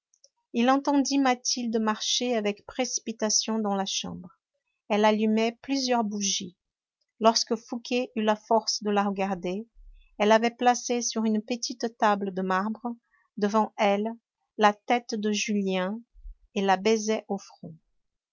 il entendit mathilde marcher avec précipitation dans la chambre elle allumait plusieurs bougies lorsque fouqué eut la force de la regarder elle avait placé sur une petite table de marbre devant elle la tête de julien et la baisait au front